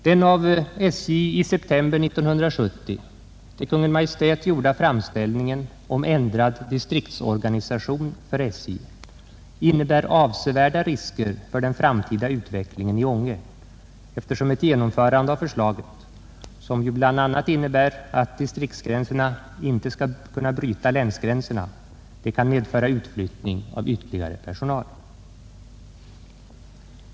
Den av SJ i september 1970 till Kungl. Maj:t gjorda framställningen om ändrad distriktsorganisation för SJ innebär avsevärda risker för den framtida utvecklingen i Ånge, eftersom ett genomförande av förslaget, som ju bl.a. innebär att distriktsgränserna inte skall kunna bryta länsgränserna, kan medföra ytterligare utflyttning av personal.